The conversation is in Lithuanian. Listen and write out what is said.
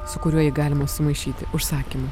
su kuriuo galima sumaišyti užsakymų